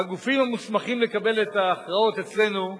והגופים המוסמכים לקבל את ההכרעות אצלנו,